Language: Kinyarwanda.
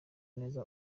neza